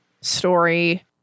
story